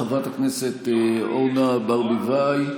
חברת הכנסת אורנה ברביבאי,